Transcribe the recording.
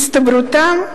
הצטברותן,